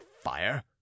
fire